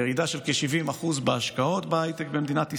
ירידה של כ-70% בהשקעות בהייטק במדינת ישראל.